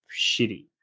shitty